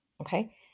okay